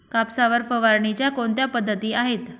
कापसावर फवारणीच्या कोणत्या पद्धती आहेत?